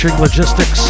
logistics